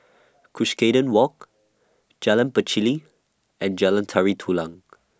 Cuscaden Walk Jalan Pacheli and Jalan Tari Dulang